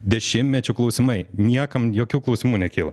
dešimtmečių klausimai niekam jokių klausimų nekyla